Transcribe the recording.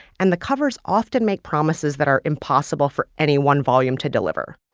and the covers often make promises that are impossible for any one volume to deliver